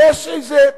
יש איזה,